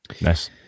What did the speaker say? Nice